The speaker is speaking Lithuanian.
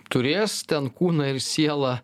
turės ten kūną ir sielą